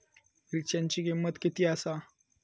मिरच्यांची किंमत किती आसा?